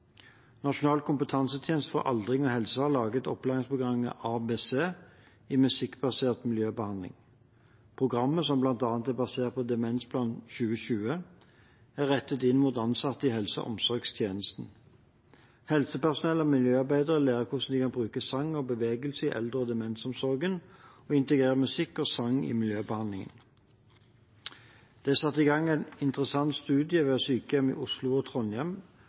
Nasjonal kompetansetjeneste for aldring og helse har laget opplæringsprogrammet ABC Musikkbasert miljøbehandling. Programmet, som bl.a. er basert på Demensplan 2020, er rettet inn mot ansatte i helse- og omsorgstjenesten. Helsepersonell og miljøarbeidere lærer hvordan de kan bruke sang og bevegelse i eldre- og demensomsorgen og integrere musikk og sang i miljøbehandlingen. Det er satt i gang en interessant studie ved sykehjem i Oslo og Trondheim